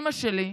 "אימא שלי,